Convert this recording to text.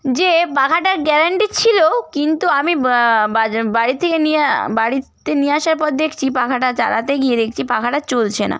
যে পাখাটার গ্যারান্টি ছিলো কিন্তু আমি ব বার বাড়ি থেকে নিয়ে বাড়িতে নিয়ে আসার পর দেখছি পাখাটা চালাতে গিয়ে দেখছি পাখাটা চলছে না